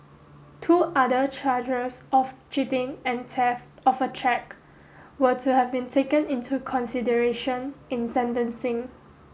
two other charges of cheating and theft of a cheque were to have been taken into consideration in sentencing